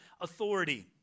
authority